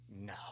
No